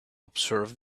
observe